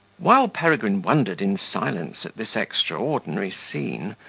while peregrine wondered in silence at this extraordinary scene,